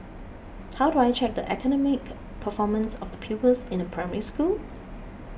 how do I check the academic performance of the pupils in a Primary School